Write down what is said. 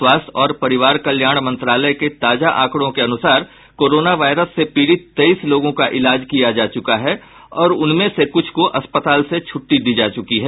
स्वास्थ्य और परिवार कल्याण मंत्रालय के ताजा आंकडों के अनुसार कोरोना वायरस से पीड़ित तेईस लोगों का इलाज किया जा चुका है और उनमें से कुछ को अस्पताल से छुट्टी दी जा चुकी है